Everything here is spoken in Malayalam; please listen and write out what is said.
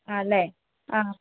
ആണല്ലേ ആ